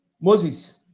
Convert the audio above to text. Moses